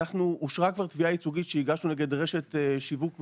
אושרה כבר תביעה ייצוגית שהגשנו נגד רשת שיווק מסוימת,